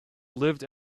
lived